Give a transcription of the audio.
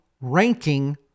ranking